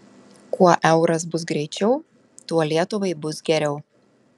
kuo euras bus greičiau tuo lietuvai bus geriau